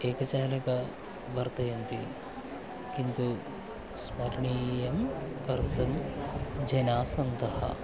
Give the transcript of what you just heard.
एकजालकं वर्तन्ते किन्तु स्मरणीयं कर्तुं जनाः सन्ति